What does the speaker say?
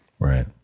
Right